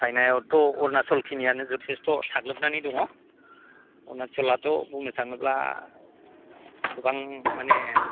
चाइनायावथ' अरुनाचलखिनियानो जथेस्थ' साग्लोबनानै दङ अरुनाचलआथ' बुंनो थाङोब्ला गोबां माने